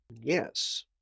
Yes